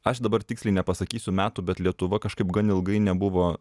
aš dabar tiksliai nepasakysiu metų bet lietuva kažkaip gan ilgai nebuvo